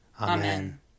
Amen